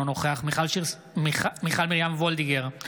אינו נוכח מיכל מרים וולדיגר,